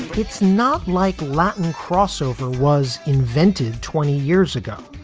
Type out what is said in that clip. it's not like latin crossover was invented twenty years ago,